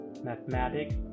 mathematics